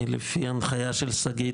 אני לפי ההנחיה של שגית